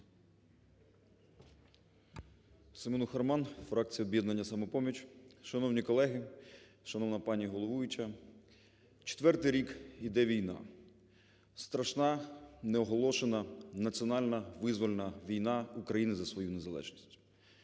Семенуха Роман, фракція "Об'єднання "Самопоміч". Шановні колеги, шановна пані головуюча! Четвертий рік іде війна. Страшна, неоголошена, національна визвольна війна України за свою незалежність.